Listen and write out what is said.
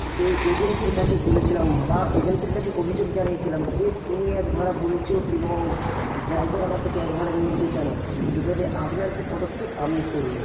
সেই এজেন্সির কাছে বলেছিলাম বা এজেন্সির কাছে অভিযোগ জানিয়েছিলাম যে তুমি এক ভাড়া বলেছ এবং ড্রাইভার আমার কাছে এক ভাড়া নিয়েছে কেন এবারে আপনার কি পদক্ষেপ আপনি করুন